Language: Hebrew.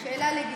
שאלה לגיטימית.